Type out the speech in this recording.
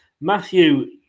Matthew